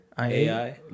AI